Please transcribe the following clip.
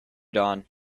dawn